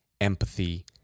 empathy